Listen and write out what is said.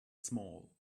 small